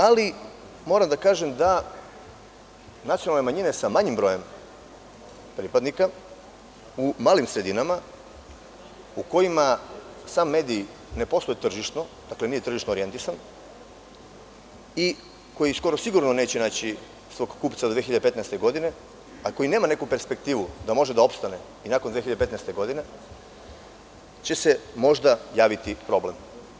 Ali, moram da kažem da nacionalne manjine sa manjim brojem pripadnika u malim sredinama u kojima sam medij ne posluje tržišno, dakle, nije tržišno orijentisan, koji skoro sigurno neće naći svog kupca do 2015. godine, a koji nema neku perspektivu da može da ostane i nakon 2015. godine, tu će se možda javiti problem.